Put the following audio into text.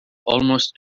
almost